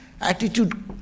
attitude